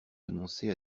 renoncer